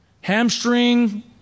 Hamstring